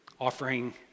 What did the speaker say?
Offering